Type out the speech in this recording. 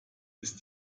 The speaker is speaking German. ist